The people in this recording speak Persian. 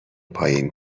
پایین